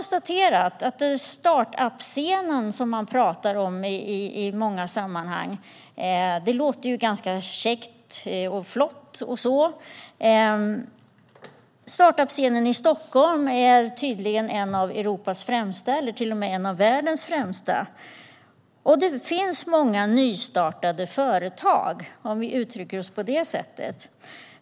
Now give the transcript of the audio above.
Startup-scenen, som det i många sammanhang talas om, låter som något käckt och flott. I Stockholm är tydligen startup-scenen en av Europas eller till och med en av världens främsta. Det finns många nystartade företag, som man ju också kan kalla dem.